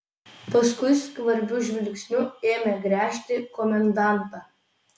paskui skvarbiu žvilgsniu ėmė gręžti komendantą